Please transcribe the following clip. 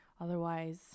otherwise